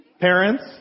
Parents